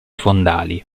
fondali